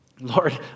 Lord